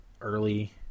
early